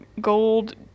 gold